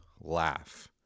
laugh